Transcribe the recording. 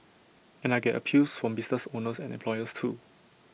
and I get appeals from business owners and employers too